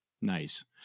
Nice